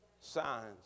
signs